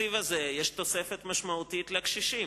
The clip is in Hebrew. בתקציב הזה יש תוספת משמעותית לקשישים,